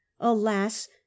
Alas